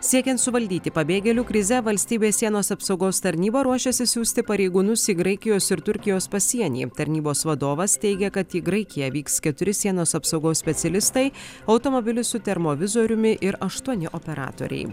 siekiant suvaldyti pabėgėlių krizę valstybės sienos apsaugos tarnyba ruošiasi siųsti pareigūnus į graikijos ir turkijos pasienyje tarnybos vadovas teigia kad į graikiją vyks keturi sienos apsaugos specialistai automobilissu termovizoriumi ir aštuoni operatoriai